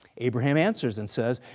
abraham answers and says,